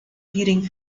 feuding